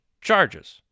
charges